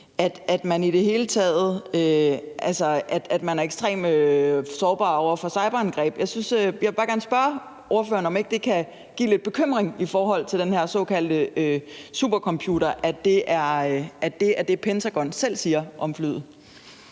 at man er ekstremt sårbar over for cyberangreb. Jeg vil bare gerne spørge ordføreren, om ikke det kan give lidt bekymring i forhold til den her såkaldte supercomputer, at det er det, Pentagon selv siger om flyet.